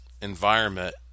environment